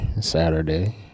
Saturday